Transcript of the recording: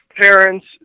parents